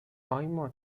آیما